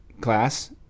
class